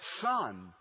Son